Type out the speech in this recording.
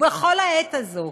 ובכל העת הזאת